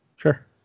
Sure